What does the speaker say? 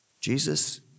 Jesus